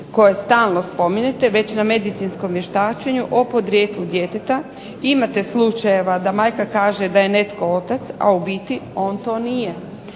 koje stalno spominjete već na medicinskom vještačenju o podrijetlu djeteta. Imate slučajeva da majka kaže da je netko otac, a u biti on to nije.